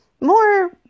more